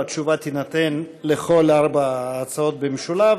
התשובה תינתן על כל ארבע ההצעות במשולב,